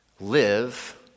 live